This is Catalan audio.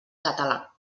català